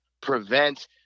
prevent